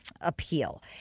appeal